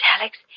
Alex